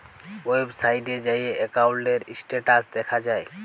ওয়েবসাইটে যাঁয়ে একাউল্টের ইস্ট্যাটাস দ্যাখা যায়